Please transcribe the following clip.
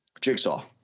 Jigsaw